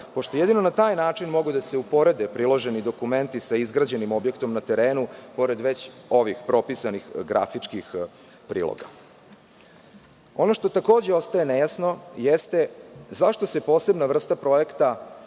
pošto jedino na taj način mogu da se uporede priloženi dokumenti sa izgrađenim objektom na terenu, pored već ovih propisanih grafičkih priloga. Ono što takođe ostaje nejasno, jeste zašto se posebna vrsta projekta